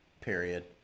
period